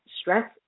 stress